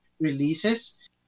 releases